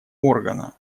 органа